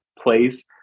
place